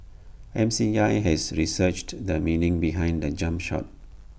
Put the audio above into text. M C I has researched the meaning behind the jump shot